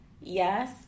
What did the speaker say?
yes